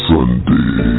Sunday